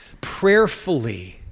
prayerfully